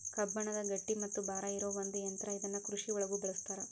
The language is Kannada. ಕಬ್ಬಣದ ಗಟ್ಟಿ ಮತ್ತ ಭಾರ ಇರು ಒಂದ ಯಂತ್ರಾ ಇದನ್ನ ಕೃಷಿ ಒಳಗು ಬಳಸ್ತಾರ